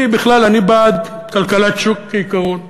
אני, בכלל, אני בעד כלכלת שוק, כעיקרון.